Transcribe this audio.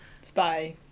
Spy